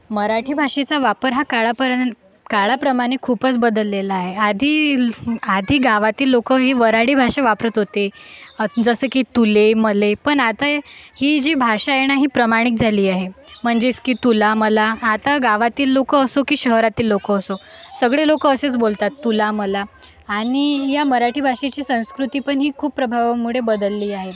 मराठी भाषेचा वापर हा काळाप्रण काळाप्रमाणे खूपच बदललेला आहे आधी आधी गावातील लोकं ही वऱ्हाडी भाषा वापरात होते जसं की तुले मले पण आता आहे ही जी भाषा आहे ना ही प्रमाणिक झाली आहे म्हणजेच की तुला मला आता गावातील लोक असो की शहरातील लोक असो सगळे लोक असेच बोलतात तुला मला आणि या मराठी भाषेची संस्कृती पण ही खूप प्रभावामुळं बदलली आहे